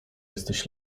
jesteś